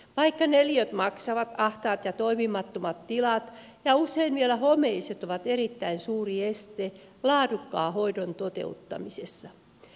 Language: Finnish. vaikka neliöt maksavat ahtaat ja toimimattomat ja usein vielä homeiset tilat ovat erittäin suuri este laadukkaan hoidon toteuttamisessa